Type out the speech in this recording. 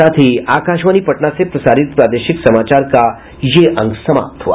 इसके साथ ही आकाशवाणी पटना से प्रसारित प्रादेशिक समाचार का ये अंक समाप्त हुआ